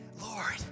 Lord